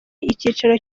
icyicaro